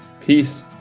peace